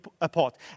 apart